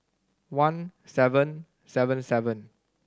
one seven seven seven